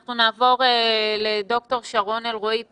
אנחנו נעבור לד"ר שרון אלרעי פרייס,